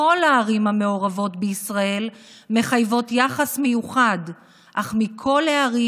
כל הערים המעורבות בישראל מחייבות יחס מיוחד, אך מכל הערים,